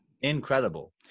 incredible